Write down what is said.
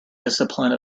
discipline